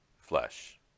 flesh